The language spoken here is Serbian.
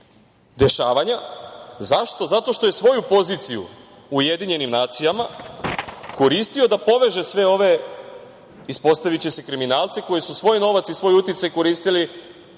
dešavanja. Zašto? Zato što je svoju poziciju u UN koristio da poveže sve ove, ispostaviće se kriminalce, koji su svoj novac i svoj uticaj koristili